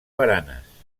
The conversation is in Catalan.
baranes